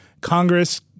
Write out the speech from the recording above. Congress